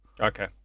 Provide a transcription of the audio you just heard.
Okay